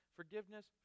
Forgiveness